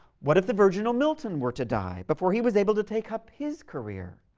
what if the virginal milton were to die before he was able to take up his career?